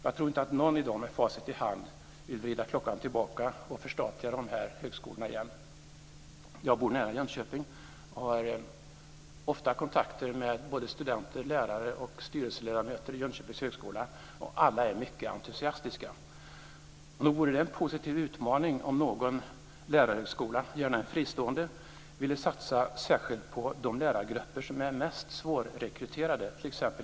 Jag tror inte att någon i dag, med facit i hand, vill vrida klockan tillbaka och förstatliga dessa högskolor igen. Jag bor nära Jönköping och har ofta kontakter med studenter, lärare och styrelseledamöter vid Jönköpings högskola, och alla är mycket entusiastiska. Nog vore det en positiv utmaning om någon lärarhögskola, gärna en fristående, ville satsa särskilt på de lärargrupper som är mest svårrekryterade, t.ex.